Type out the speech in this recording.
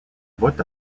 vote